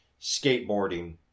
skateboarding